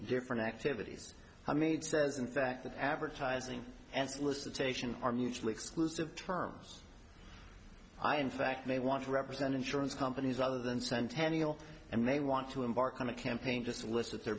different activities i made says in fact that advertising and solicitation are mutually exclusive terms i in fact may want to represent insurance companies rather than centennial and they want to embark on a campaign just list of their